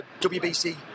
WBC